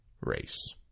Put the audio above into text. Race